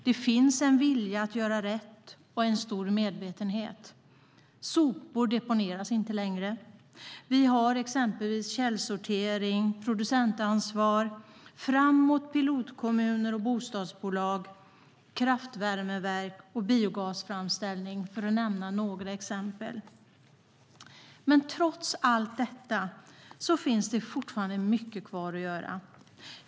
Det finns en vilja att göra rätt och en stor medvetenhet. Sopor deponeras inte längre. Vi har exempelvis källsortering, producentansvar, pilotkommuner och bostadsbolag som är framåt, kraftvärmeverk och biogasframställning för att nämna några exempel. Men trots allt detta finns det fortfarande mycket kvar att göra.